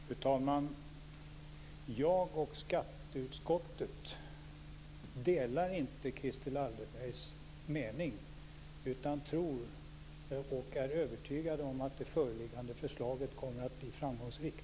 Fru talman! Jag och skatteutskottet delar inte Christel Anderbergs mening utan är övertygade om att det föreliggande förslaget kommer att bli framgångsrikt.